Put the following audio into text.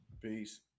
Peace